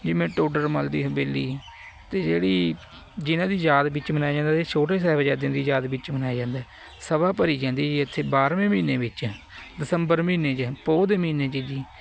ਜਿਵੇਂ ਟੋਡਰ ਮੱਲ ਦੀ ਹਵੇਲੀ 'ਤੇ ਜਿਹੜੀ ਜਿਨ੍ਹਾਂ ਦੀ ਯਾਦ ਵਿੱਚ ਮਨਾਇਆ ਜਾਂਦਾ ਸੀ ਛੋਟੇ ਸਾਹਿਬਜ਼ਾਦਿਆਂ ਦੀ ਯਾਦ ਵਿੱਚ ਮਨਾਇਆ ਜਾਂਦਾ ਹੈ ਸਭਾ ਭਰੀ ਜਾਂਦੀ ਜੀ ਇੱਥੇ ਬਾਰਵੇਂ ਮਹੀਨੇ ਵਿੱਚ ਦਸੰਬਰ ਮਹੀਨੇ 'ਚ ਪੋਹ ਦੇ ਮਹੀਨੇ 'ਚ ਜੀ